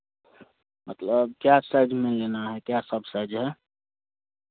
मतलब क्या साइज़ में लेना है क्या सब साइज़ है